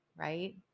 right